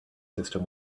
system